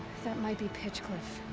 that might be pitchcliff.